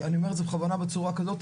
אני אמר את זה בכוונה בצורה כזאת,